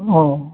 अ